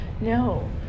no